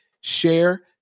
share